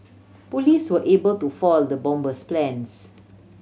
police were able to foil the bomber's plans